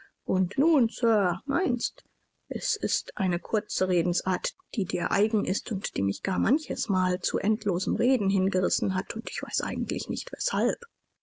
und nun sir meinst es ist eine kurze redensart die dir eigen ist und die mich gar manchesmal zu endlosem reden hingerissen hat und ich weiß eigentlich nicht weshalb